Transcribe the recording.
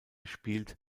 spielt